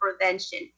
prevention